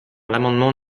l’amendement